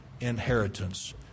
inheritance